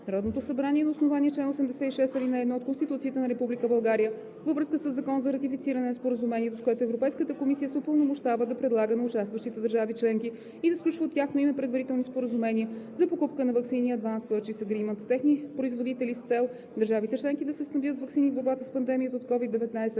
Народното събрание на основание чл. 86, ал. 1 от Конституцията на Република България във връзка със Закон за ратифициране на Споразумението, с което Европейската комисия се упълномощава да предлага на участващите държави членки и да сключва от тяхно име предварителни споразумения за покупка на ваксини („Advance Purchase Agreement“) с техни производители с цел държавите членки да се снабдят с ваксини в борбата с пандемията от COVID-19